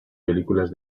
películas